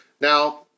Now